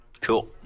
Cool